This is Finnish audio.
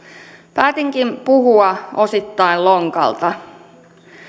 päätinkin puhua osittain lonkalta